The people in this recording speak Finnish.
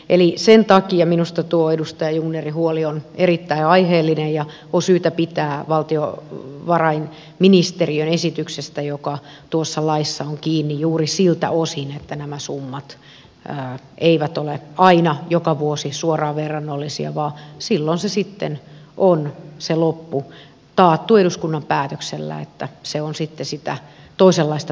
eli sen takia minusta tuo edustaja jungnerin huoli on erittäin aiheellinen ja on syytä pitää valtiovarainministeriön esityksestä joka tuossa laissa on kiinni juuri siltä osin että nämä summat eivät ole aina joka vuosi suoraan verrannollisia vaan silloin on se loppu taattu eduskunnan päätöksellä että se on sitä toisenlaista budjettirahoitteista